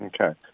Okay